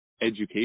education